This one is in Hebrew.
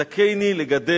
והן אומרות: וזכני לגדל